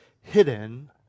hidden